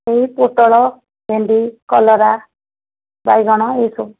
ଏହି ପୋଟଳ ଭେଣ୍ଡି କଲରା ବାଇଗଣ ଏସବୁ